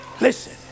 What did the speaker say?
Listen